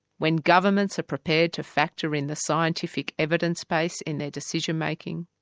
when governments are prepared to factor in the scientific evidence base in their decision-making,